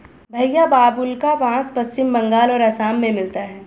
भईया बाबुल्का बास पश्चिम बंगाल और असम में मिलता है